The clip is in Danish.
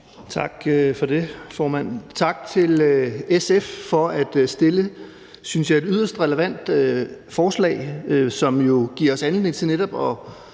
Tak for det, formand, og tak til SF for at fremsætte et, synes jeg, yderst relevant forslag, som jo giver os anledning til netop at